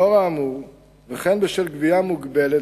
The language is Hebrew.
לאור האמור וכן בשל גבייה מוגבלת,